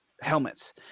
helmets